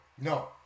No